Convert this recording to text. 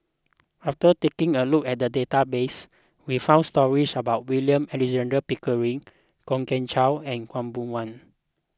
after taking a look at the database we found stories about William Alexander Pickering Kwok Kian Chow and Khaw Boon Wan